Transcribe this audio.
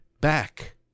back